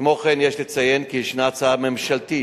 כמו כן, יש לציין כי ישנה הצעה ממשלתית